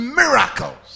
miracles